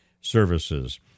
services